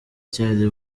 cyari